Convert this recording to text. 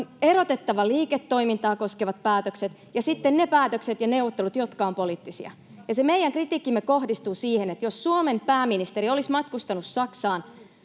on erotettava liiketoimintaa koskevat päätökset ja sitten ne päätökset ja neuvottelut, jotka ovat poliittisia. Ja se meidän kritiikkimme kohdistuu siihen, että jos Suomen pääministeri olisi matkustanut Saksaan